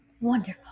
Wonderful